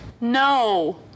No